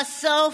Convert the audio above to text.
חשוף,